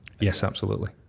yes, absolutely.